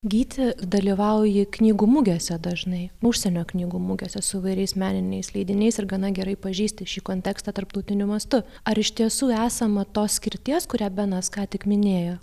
gyti dalyvauji knygų mugėse dažnai užsienio knygų mugėse su įvairiais meniniais leidiniais ir gana gerai pažįsti šį kontekstą tarptautiniu mastu ar iš tiesų esama tos skirties kurią benas ką tik minėjo